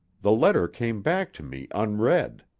the letter came back to me unread.